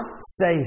safe